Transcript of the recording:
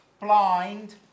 blind